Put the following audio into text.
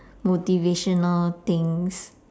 motivational things